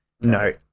no